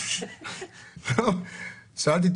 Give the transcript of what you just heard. שמחת זקנתי.